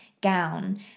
gown